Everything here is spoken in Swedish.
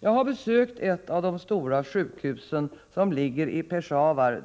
Jag har det senaste åren besökt ett av de stora sjukhusen, som ligger i Peshawar.